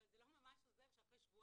אבל זה לא ממש עוזר שאחרי שבועיים